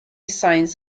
signs